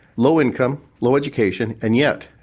low income, low education and yet,